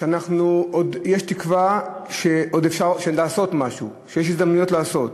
עוד יש תקווה לעשות משהו, ויש הזדמנויות לעשות.